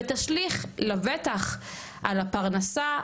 ותשליך לבטח על הפרנסה,